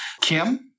Kim